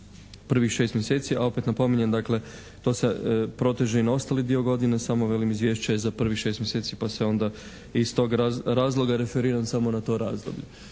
prvih šest mjeseci, a opet napominjem dakle to se proteže i na ostali dio godine, samo velim izvješće je za prvih šest mjeseci pa se onda i iz tog razloga je referiran samo na to razdoblje.